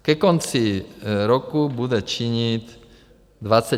Ke konci roku bude činit 20 292.